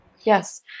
Yes